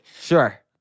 Sure